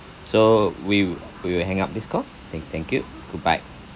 so we we will hang up this call thank thank you goodbye